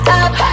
up